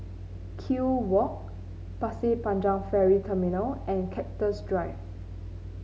Kew Walk Pasir Panjang Ferry Terminal and Cactus Drive